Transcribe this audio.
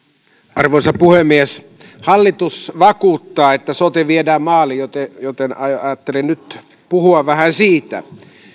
arvoisa puhemies hallitus vakuuttaa että sote viedään maaliin joten joten ajattelin nyt puhua vähän siitä